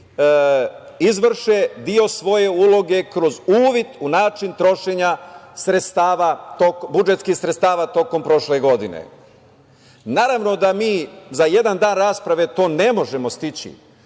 izvrše deo svoje uloge kroz uvid u način trošenja budžetskih sredstava tokom prošle godine. Naravno da mi za jedan dan rasprave to ne možemo stići,